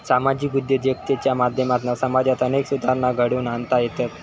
सामाजिक उद्योजकतेच्या माध्यमातना समाजात अनेक सुधारणा घडवुन आणता येतत